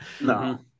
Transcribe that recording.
no